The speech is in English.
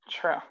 True